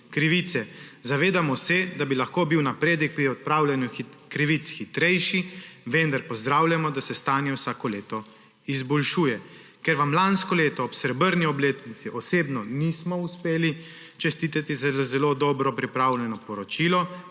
krivice. Zavedamo se, da bi lahko bil napredek pri odpravljanju krivic hitrejši, vendar pozdravljamo, da se stanje vsako leto izboljšuje. Ker vam lansko leto ob srebrni obletnici osebno nismo uspeli čestitati za zelo dobro pripravljeno poročilo,